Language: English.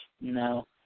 no